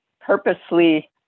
purposely